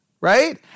right